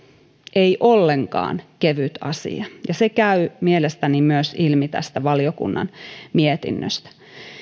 ei ollenkaan kevyt asia ja se käy mielestäni myös ilmi tästä valiokunnan mietinnöstä